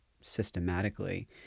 systematically